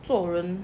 做人